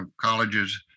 colleges